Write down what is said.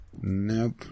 Nope